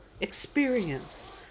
experience